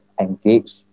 engage